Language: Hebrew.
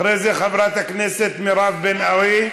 אחרי זה, חברת הכנסת מירב בן ארי.